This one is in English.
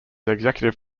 executive